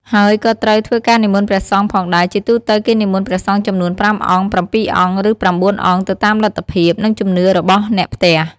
ហើយក៏ត្រូវ ធ្វើការនិមន្តព្រះសង្ឃផងដែរ ជាទូទៅ គេនិមន្តព្រះសង្ឃចំនួន ៥ អង្គ ៧ អង្គ ឬ ៩ អង្គ ទៅតាមលទ្ធភាព និងជំនឿរបស់អ្នកផ្ទះ។